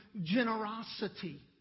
generosity